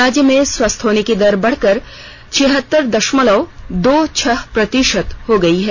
राज्य में स्वस्थ होने की दर बढ़कर छियतर दषमलव दो छह प्रतिषत हो गई है